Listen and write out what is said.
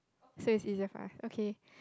so is easier for us okay